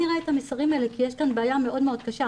נראה את המסרים האלה' כי יש כאן בעיה מאוד קשה,